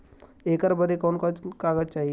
ऐकर बदे कवन कवन कागज चाही?